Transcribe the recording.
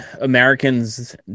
Americans